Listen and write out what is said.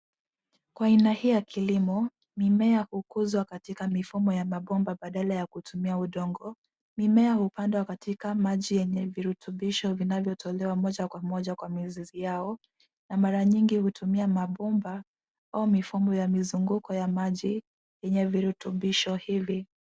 Kwa aina hii ya kilimo mimea hukuzwa katika mifumo ya mabomba badala ya kutumia udongo. Mimea hupandwa katika maji yenye virutubisho vinavyotolewa moja kwa moja kwa mizizi yao na mara nyingi hutumia mabomba au mifumo ya mizunguko ya maji yenye virutubisho hivi.